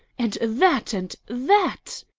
and that, and that!